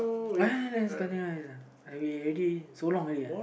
just gonna we already so long already